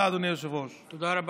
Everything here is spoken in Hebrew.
תודה,